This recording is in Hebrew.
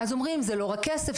אז אומרים זה לא רק כסף,